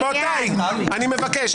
רבותיי, מבקש.